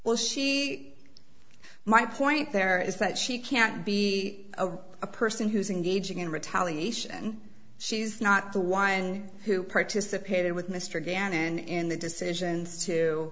well she my point there is that she can't be a person who's in gauging in retaliation she's not the why and who participated with mr gannon in the decisions to